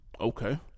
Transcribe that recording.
Okay